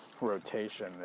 rotation